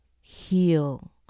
heal